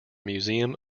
museum